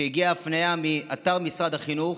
כשהגיעה הפנייה מאתר משרד החינוך,